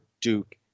Duke